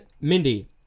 Mindy